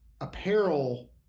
apparel